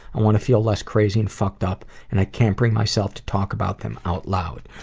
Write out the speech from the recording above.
i want to feel less crazy and fucked up and i can't bring myself to talk about them out loud.